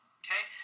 okay